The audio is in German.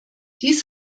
dies